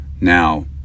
Now